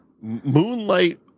Moonlight